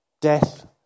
Death